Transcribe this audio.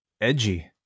Edgy